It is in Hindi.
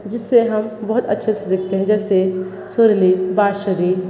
जिससे हम बहुत अच्छे से सीखते हैं जैसे सुरीली बांसुरी